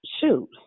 Shoot